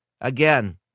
Again